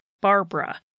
Barbara